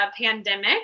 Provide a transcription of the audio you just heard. pandemic